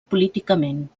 políticament